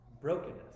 Brokenness